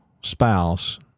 spouse